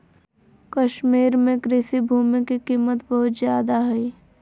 कश्मीर में कृषि भूमि के कीमत बहुत ज्यादा हइ